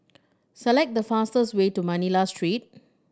select the fastest way to Manila Street